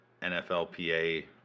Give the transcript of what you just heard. NFLPA